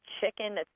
chicken